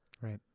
Right